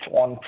on